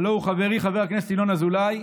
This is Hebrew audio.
הלוא הוא חברי חבר הכנסת ינון אזולאי,